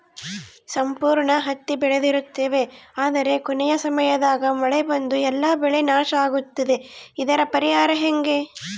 ಸಂಪೂರ್ಣ ಹತ್ತಿ ಬೆಳೆದಿರುತ್ತೇವೆ ಆದರೆ ಕೊನೆಯ ಸಮಯದಾಗ ಮಳೆ ಬಂದು ಎಲ್ಲಾ ಬೆಳೆ ನಾಶ ಆಗುತ್ತದೆ ಇದರ ಪರಿಹಾರ ಹೆಂಗೆ?